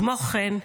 כמו כן,